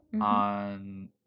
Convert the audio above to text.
on